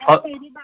अच्छा